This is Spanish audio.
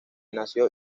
nació